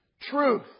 Truth